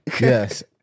yes